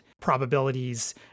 probabilities